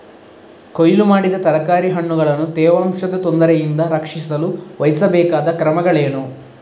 ಕೊಯ್ಲು ಮಾಡಿದ ತರಕಾರಿ ಹಣ್ಣುಗಳನ್ನು ತೇವಾಂಶದ ತೊಂದರೆಯಿಂದ ರಕ್ಷಿಸಲು ವಹಿಸಬೇಕಾದ ಕ್ರಮಗಳೇನು?